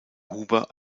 huber